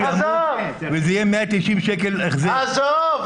מישהו ------ וזה יהיה 190 שקל החזר --- עזוב,